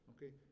Okay